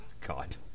God